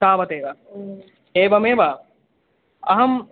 तावदेव ओ एवमेव अहं